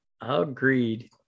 Agreed